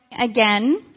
again